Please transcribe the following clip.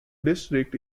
district